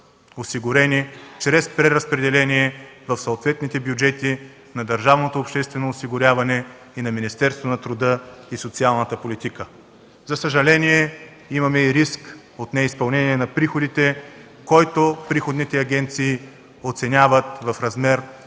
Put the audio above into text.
осигурени чрез преразпределение в съответните бюджети на държавното обществено осигуряване и на Министерството на труда и социалната политика. За съжаление имаме и риск от неизпълнение на приходите, който приходните агенции оценяват в размер на